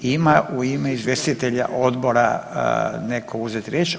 Ima u ime izvjestitelja odbora neko uzeti riječ?